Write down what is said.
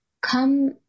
come